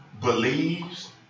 believes